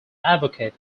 advocate